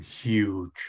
Huge